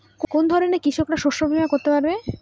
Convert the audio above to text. কোন ধরনের কৃষকরা শস্য বীমা করতে পারে?